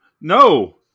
No